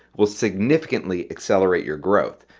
will significantly accelerate your growth.